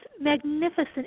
magnificent